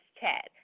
Chat